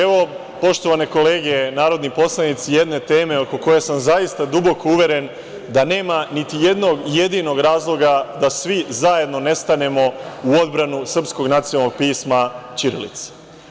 Evo, poštovane kolege narodni poslanici jedne teme oko koje sam zaista duboko uveren da nema niti jednog jedinog razloga da svi zajedno nestanemo u odbranu srpskog nacionalnog pisma ćirilice.